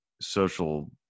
social